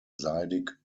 seidig